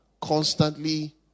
constantly